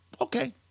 Okay